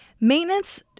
maintenance